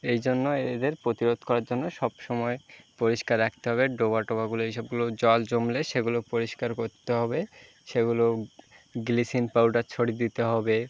এই জন্য এদের প্রতিরোধ করার জন্য সবসময় পরিষ্কার রাখতে হবে ডোবা টোবাগুলো এই সবগুলো জল জমলে সেগুলো পরিষ্কার করতে হবে সেগুলো ব্লিচিং পাউডার ছড়িয়ে দিতে হবে